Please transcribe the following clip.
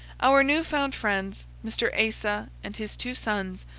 our new-found friends, mr. asa and his two sons,